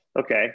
okay